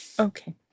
Okay